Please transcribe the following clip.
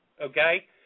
okay